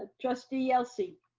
trustee yelsey.